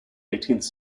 eighteenth